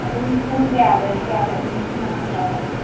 ꯑꯗꯨꯝ ꯄꯨꯡ ꯀꯌꯥꯗꯩꯅ ꯀꯌꯥꯐꯧ ꯑꯗꯨꯝ ꯐꯝꯕ ꯅꯠꯇ꯭ꯔꯕ ꯑꯗꯨ